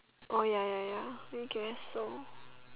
orh ya ya ya I guess so